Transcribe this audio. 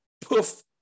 poof